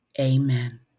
Amen